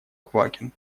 квакин